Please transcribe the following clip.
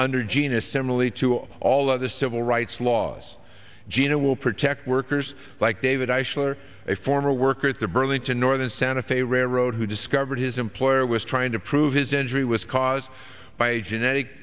under gina similarly to all other civil rights laws gina will protect workers like david i shal are a former worker at the burlington northern santa fe railroad who discovered his employer was trying to prove his injury was caused by a genetic